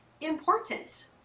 important